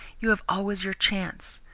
you have always your chance.